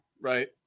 Right